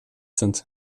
sind